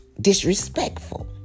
disrespectful